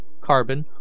carbon